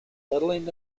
settling